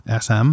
SM